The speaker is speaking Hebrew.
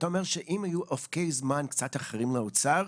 אתה אומר שאם היו אופקי זמן קצת אחרים לאוצר,